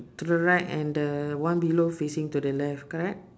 to the right and the one below facing to the left correct